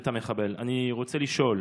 אני רוצה לשאול: